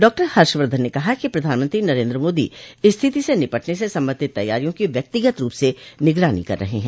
डॉ हर्षवर्धन ने कहा कि प्रधानमंत्री नरेन्द्र मोदी स्थिति से निपटने से संबंधित तैयारियों की व्यक्तिगत रूप से निगरानी कर रहे हैं